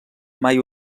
mai